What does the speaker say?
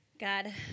God